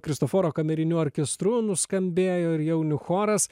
kristoforo kameriniu orkestru nuskambėjo ir jaunių choras